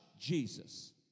Jesus